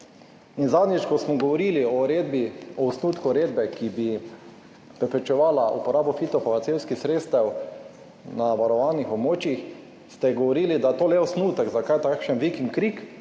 In zadnjič, ko smo govorili o uredbi, o osnutku uredbe, ki bi preprečevala uporabo fitofarmacevtskih sredstev na varovanih območjih, ste govorili, da je to le osnutek, zakaj takšen vik in krik,